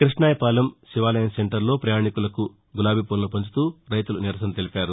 క్బష్టాయపాలెం శివాలయం సెంటరులో ప్రయాణికులకు గులాబీపూలను పంచుతూ రైతులు నిరసన తెలిపారు